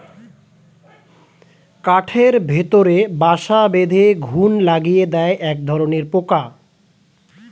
কাঠের ভেতরে বাসা বেঁধে ঘুন লাগিয়ে দেয় একধরনের পোকা